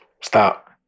Stop